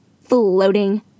Floating